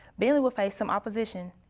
bentley will face some opposition.